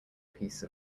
piece